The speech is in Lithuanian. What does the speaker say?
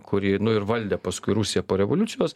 kuri nu ir valdė paskui rusiją po revoliucijos